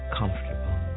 comfortable